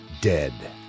dead